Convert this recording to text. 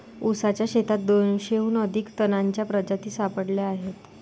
ऊसाच्या शेतात दोनशेहून अधिक तणांच्या प्रजाती सापडल्या आहेत